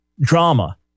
drama